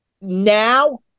now